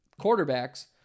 quarterbacks